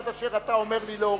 עד אשר אתה אומר לי להוריד,